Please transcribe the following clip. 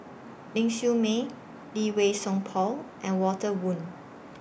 Ling Siew May Lee Wei Song Paul and Walter Woon